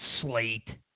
Slate